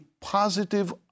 positive